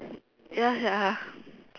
ya sia